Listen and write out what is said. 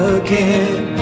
again